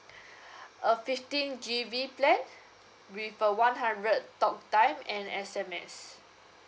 a fifteen G_B plan with a one hundred talk time and S_M_S